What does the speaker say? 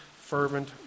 fervent